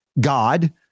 God